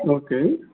okay